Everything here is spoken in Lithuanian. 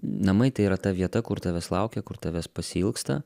namai tai yra ta vieta kur tavęs laukia kur tavęs pasiilgsta